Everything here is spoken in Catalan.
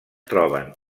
troben